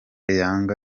yanga